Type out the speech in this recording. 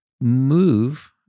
move